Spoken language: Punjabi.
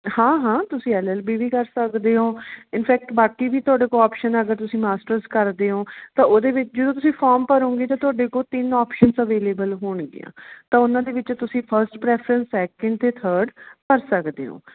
ਹਾਂ ਹਾਂ ਤੁਸੀਂ ਐੱਲ ਐੱਲ ਬੀ ਵੀ ਕਰ ਸਕਦੇ ਓਂ ਇਨਫੈਕਟ ਬਾਕੀ ਵੀ ਤੁਹਾਡੇ ਕੋਲ ਓਪਸ਼ਨ ਅਗਰ ਤੁਸੀਂ ਮਾਸਟਰਸ ਕਰਦੇ ਓਂ ਤਾਂ ਉਹਦੇ ਵਿੱਚ ਜਦੋਂ ਤੁਸੀਂ ਫੋਮ ਭਰੋਗੇ ਤਾਂ ਤੁਹਾਡੇ ਕੋਲ ਤਿੰਨ ਓਪਸ਼ਨਸ ਅਵੇਲੇਬਲ ਹੋਣਗੀਆਂ ਤਾਂ ਉਹਨਾਂ ਦੇ ਵਿੱਚ ਤੁਸੀਂ ਫਸਟ ਪ੍ਰੈਫਰੈਂਸ ਸੈਕਿੰਡ ਅਤੇ ਥਰਡ ਭਰ ਸਕਦੇ ਹੋ